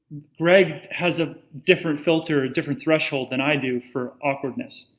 greg has a different filter, a different threshold than i do for awkwardness.